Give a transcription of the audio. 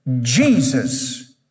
Jesus